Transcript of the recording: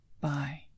Bye